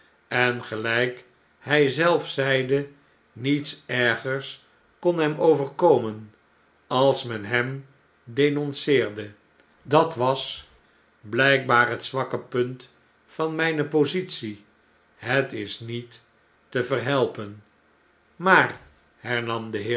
en felgk hij zelf zeide niets ergers kon hem overomen als men hem denonceerde dat was bljjkbaar het zwakke punt van mijne positie het is niet te verhelpen maar hernam de